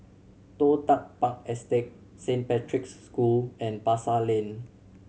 Toh Tuck Park Estate Saint Patrick's School and Pasar Lane